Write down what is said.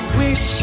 wish